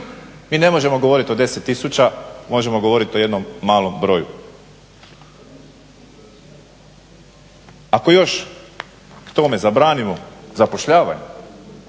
Mi ne možemo govorit o 10 000, možemo govorit o jednom malom broju. Ako još k tome zabranimo zapošljavanje,